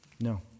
No